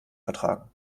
vertragen